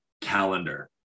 calendar